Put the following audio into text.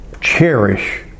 cherish